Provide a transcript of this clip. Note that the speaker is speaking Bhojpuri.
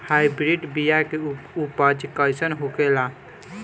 हाइब्रिड बीया के उपज कैसन होखे ला?